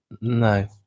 No